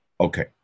Okay